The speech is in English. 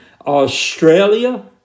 Australia